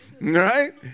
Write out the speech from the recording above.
right